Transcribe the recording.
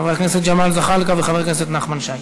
חבר הכנסת ג'מאל זחאלקה וחבר הכנסת נחמן שי.